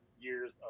years